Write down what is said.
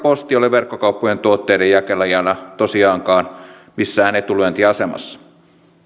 posti ole verkkokauppojen tuotteiden jakelijana tosiaankaan missään etulyöntiasemassa